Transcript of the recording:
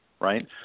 right